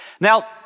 Now